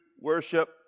worship